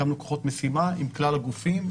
הקמנו כוחות משימה עם כלל הגופים,